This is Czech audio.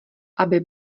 aby